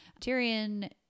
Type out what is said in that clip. Tyrion